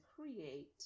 create